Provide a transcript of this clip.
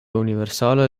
universala